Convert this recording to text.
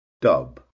Dub